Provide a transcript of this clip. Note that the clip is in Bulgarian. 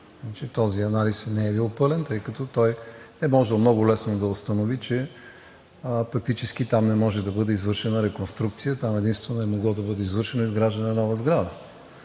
този анализ не е бил пълен, тъй като той много лесно е можел да установи, че практически там не може да бъде извършена реконструкция. Там единствено е могло да бъде извършено изграждане на нова сграда.